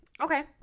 Okay